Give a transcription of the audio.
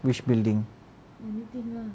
which building